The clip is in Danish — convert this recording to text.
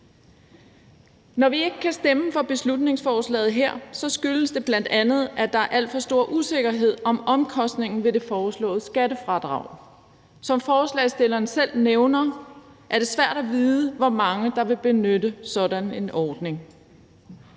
Når vi ikke kan stemme for beslutningsforslaget, skyldes det bl.a., at der er alt for stor usikkerhed om omkostningen ved det foreslåede skattefradrag. Som forslagsstillerne selv nævner, er det svært at vide, hvor mange der vil benytte sådan en ordning.